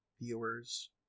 viewers